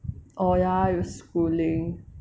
oh ya you schooling